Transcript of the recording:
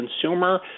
consumer